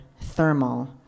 thermal